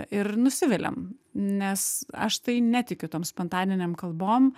ir nusiviliam nes aš tai netikiu tom spontaninėm kalbom